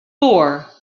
four